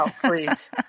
please